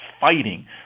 fighting